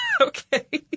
Okay